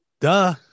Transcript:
Duh